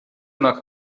nach